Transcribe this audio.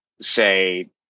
say